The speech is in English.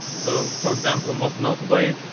so for example, most notably